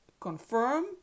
confirm